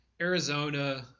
Arizona